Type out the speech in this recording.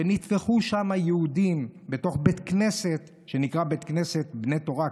שנטבחו שם יהודים בתוך בית כנסת שנקרא "בני תורה",